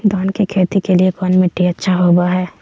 धान की खेती के लिए कौन मिट्टी अच्छा होबो है?